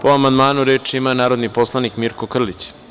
Po amandmanu, reč ima narodni poslanik Mirko Krlić.